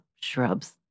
shrubs